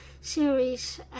series